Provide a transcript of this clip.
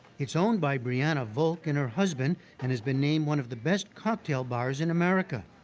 it's owned by briana volk and her husband and has been named one of the best cocktail bars in america.